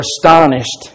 astonished